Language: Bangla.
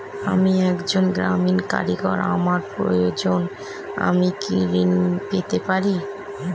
আমি একজন গ্রামীণ কারিগর আমার প্রয়োজনৃ আমি কি ঋণ পেতে পারি?